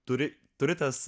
turi turi tas